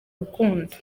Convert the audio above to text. rukundo